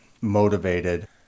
motivated